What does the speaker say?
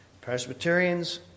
Presbyterians